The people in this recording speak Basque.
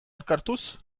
elkartuz